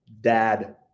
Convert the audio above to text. dad